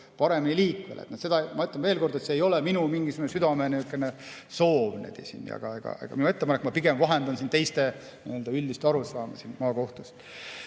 paremini liikvele. Ma ütlen veel kord, et see ei ole minu mingisugune südamesoov ega minu ettepanek, ma pigem vahendan siin teiste üldist arusaama maakohtust.